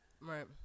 Right